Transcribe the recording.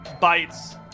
bites